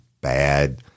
bad